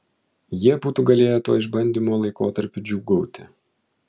jie būtų galėję tuo išbandymo laikotarpiu džiūgauti